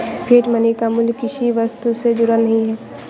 fiat money का मूल्य किसी वस्तु से जुड़ा नहीं है